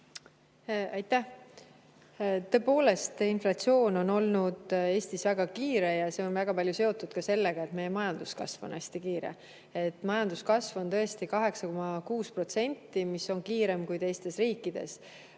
Aitäh! Tõepoolest, inflatsioon on olnud Eestis väga kiire ja see on väga palju seotud ka sellega, et meie majanduskasv on hästi kiire. Majanduskasv on 8,6%, mis on kiirem kui teistes riikides.